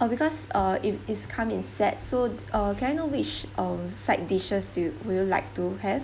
uh because uh it it's come in sets so uh can I know which uh side dishes do will you like to have